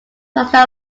plaster